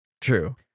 True